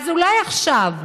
אז אולי עכשיו,